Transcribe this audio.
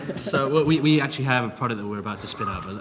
so but we actually have a product that we're about to spin out.